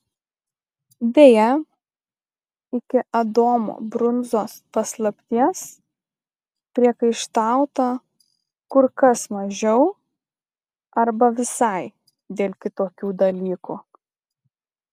beje iki adomo brunzos paslapties priekaištauta kur kas mažiau arba visai dėl kitokių dalykų